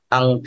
Ang